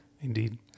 Indeed